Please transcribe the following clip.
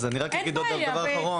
אז אני רק אגיד עוד דבר אחרון.